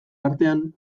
artean